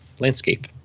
landscape